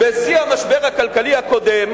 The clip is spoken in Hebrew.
בשיא המשבר הכלכלי הקודם,